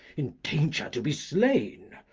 in danger to be slain.